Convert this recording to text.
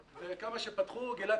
וכמה שפתחו גלעד,